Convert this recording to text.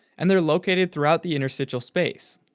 and they're located throughout the interstitial space.